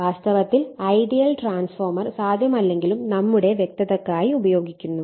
വാസ്തവത്തിൽ ideal transformer സാധ്യമല്ലെങ്കിലും നമ്മുടെ വ്യക്തതയ്ക്കായി ഉപയോഗിക്കുന്നു